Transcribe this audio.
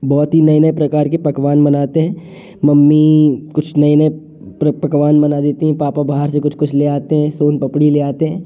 बहुत ही नए नए प्रकार के पकवान बनाते हैं मम्मी कुछ नए नए पकवान बना देती हैं पापा बाहर से कुछ कुछ ले आते हैं सोनपपड़ी ले आते हैं